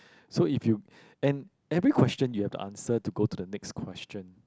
so if you and every question you have to answer to go to the next question